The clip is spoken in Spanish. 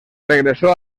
regresó